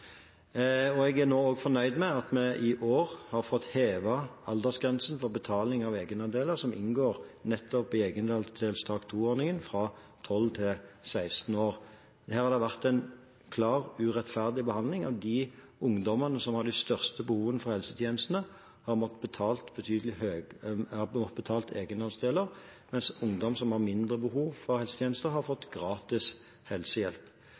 Jeg er fornøyd med at vi i år har fått hevet aldersgrensen for betaling av egenandeler som inngår nettopp i egenandelstak 2-ordningen, fra 12 år til 16 år. Der har det vært en klart urettferdig behandling, fordi de ungdommene som har det største behovet for helsetjenestene, har måttet betale egenandeler, mens ungdom som har mindre behov for helsetjenester, har fått gratis helsehjelp.